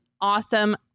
awesome